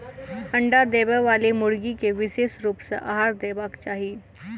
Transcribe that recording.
अंडा देबयबाली मुर्गी के विशेष रूप सॅ आहार देबाक चाही